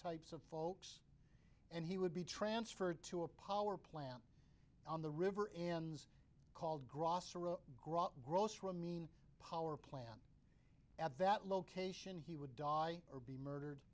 types of folks and he would be transferred to a power plant on the river in called grosse or a grocery mean power plant at that location he would die or be murdered